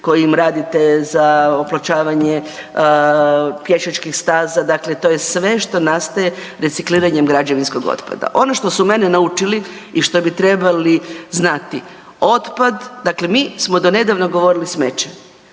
kojim radite za opločavanje pješačkih staza, dakle to je sve što nastaje recikliranjem građevinskog otpada. Ono što su mene naučili i što bi trebali znati, otpad, dakle mi smo donedavno govorili smeće,